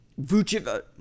Vucevic